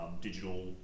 digital